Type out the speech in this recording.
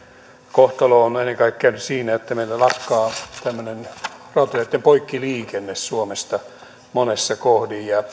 kohtalo on on ennen kaikkea siinä että meillä lakkaa rautateitten poikkiliikenne suomesta monessa kohdin ja